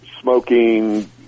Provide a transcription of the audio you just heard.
smoking